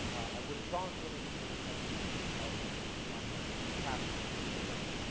i would have gone to any of the hearings had we been invited and um we're not members of the task force as you know.